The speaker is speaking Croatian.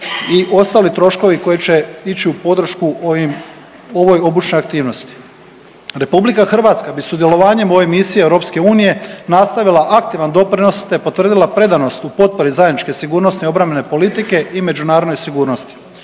i ostali troškovi koji će ići u podršku ovoj obučnoj aktivnosti. RH bi sudjelovanjem u ovoj misiji EU nastavila aktivan doprinos te potvrdila predanost u potpori zajedničke sigurnosno-obrambene politike i međunarodne sigurnosti.